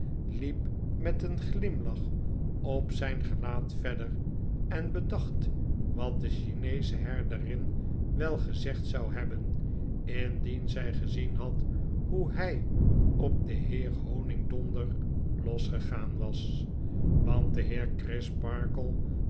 liep met een glimlach op zijn gelaat verder en bedacht wat dechineescheherderinwelgezegd zou hebben indien zij gezien had hoe hy op den heer honigdonder los gegaan was want de